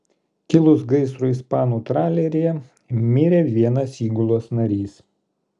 kilus gaisrui ispanų traleryje mirė vienas įgulos narys